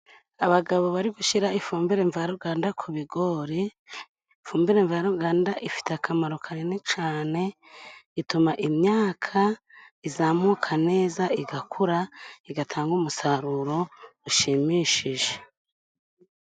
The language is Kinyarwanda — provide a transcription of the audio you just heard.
Abagabo bari gushyira ifumbire mvaruganda ku bigori fumbire mvaruganda ifite akamaro kanini cyane, ituma imyaka izamuka neza igakura igatanga umusaruro ushimishije.